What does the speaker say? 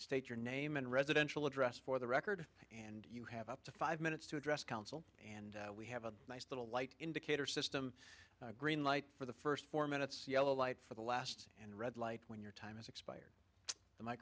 state your name and residential address for the record and you have up to five minutes to address council and we have a nice little light indicator system a green light for the first four minutes yellow light for the last and red light when your time